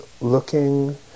looking